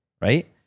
right